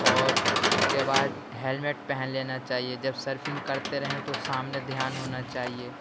اور اس کے بعد ہیلمیٹ پہن لینا چاہیے جب سرفنگ کرتے رہیں تو سامنے دھیان ہونا چاہیے